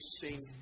sing